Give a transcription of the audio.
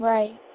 Right